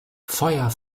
feuer